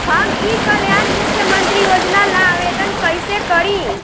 हम ई कल्याण मुख्य्मंत्री योजना ला आवेदन कईसे करी?